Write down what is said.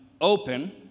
open